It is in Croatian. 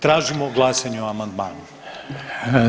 Tražimo glasanje o amandmanu.